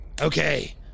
Okay